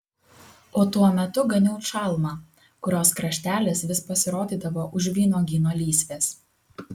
o tuo metu ganiau čalmą kurios kraštelis vis pasirodydavo už vynuogyno lysvės